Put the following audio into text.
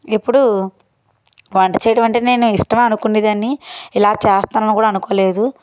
ఇప్పుడూ వంట చేయడం అంటే నేను ఇష్టం అనుకునేదాన్ని ఇలా చేస్తానని కూడా అనుకోలేదు